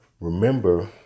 remember